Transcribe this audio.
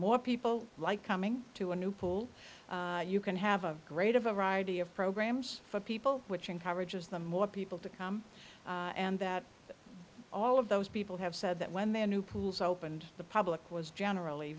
more people like coming to a new pool you can have a great of a variety of programs for people which encourages them more people to come and that all of those people have said that when the new pools opened the public was generally